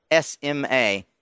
SMA